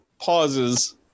Pauses